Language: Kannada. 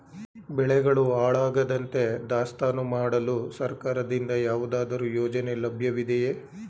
ಬೆಳೆಗಳು ಹಾಳಾಗದಂತೆ ದಾಸ್ತಾನು ಮಾಡಲು ಸರ್ಕಾರದಿಂದ ಯಾವುದಾದರು ಯೋಜನೆ ಲಭ್ಯವಿದೆಯೇ?